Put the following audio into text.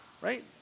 right